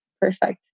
perfect